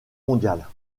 mondiales